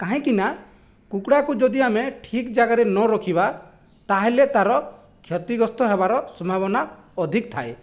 କାହିଁକି ନା କୁକୁଡ଼ାକୁ ଯଦି ଆମେ ଠିକ୍ ଜାଗାରେ ନରଖିବା ତାହେଲେ ତା'ର କ୍ଷତିଗ୍ରସ୍ତ ହେବାର ସମ୍ଭାବନା ଅଧିକ ଥାଏ